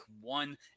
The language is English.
one